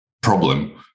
problem